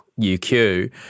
UQ